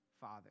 father